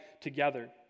together